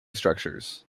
structures